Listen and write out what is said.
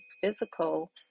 physical